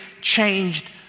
changed